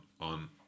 on